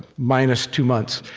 minus two months.